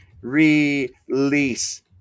release